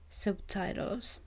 subtitles